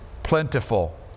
plentiful